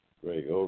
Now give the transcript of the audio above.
Greg